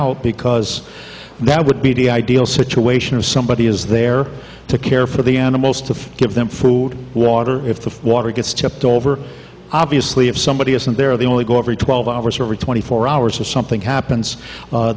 out because that would be the ideal situation of somebody is there to care for the animals to give them food water if the water gets tipped over obviously if somebody isn't there they only go every twelve hours or over twenty four hours or something happens